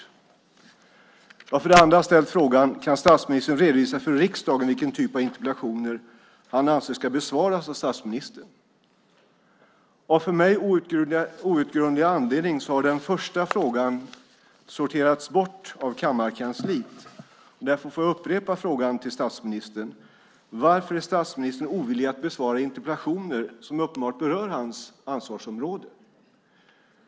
Jag har för det andra ställt frågan: Kan statsministern redovisa för riksdagen vilken typ av interpellationer han anser ska besvaras av statsministern? Av för mig outgrundlig anledning har den första frågan sorterats bort av kammarkansliet, och därför får jag upprepa frågan till statsministern: Varför är statsministern ovillig att besvara interpellationer som uppenbart berör hans ansvarsområde?